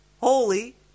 holy